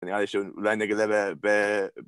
‫שנראה לי שהוא אולי נגלה ב...